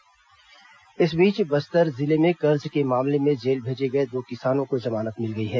किसान जमानत इस बीच बस्तर जिले में कर्ज के मामले में जेल भेजे गए दो किसानों को जमानत मिल गई है